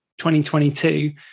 2022